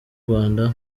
rwanda